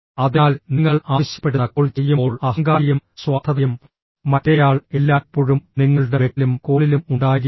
അതിനാൽ നിങ്ങൾ ആവശ്യപ്പെടുന്ന കോൾ ചെയ്യുമ്പോൾ അഹങ്കാരിയും സ്വാർത്ഥതയും മറ്റേയാൾ എല്ലായ്പ്പോഴും നിങ്ങളുടെ ബെക്കിലും കോളിലും ഉണ്ടായിരിക്കണം